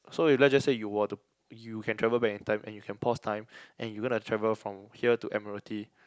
so if let's just say you were to you can travel back in time and you can pause time and you gonna travel from here to Admiralty